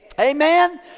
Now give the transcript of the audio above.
Amen